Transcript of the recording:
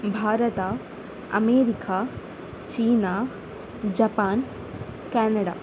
Bharat America China Japan Canada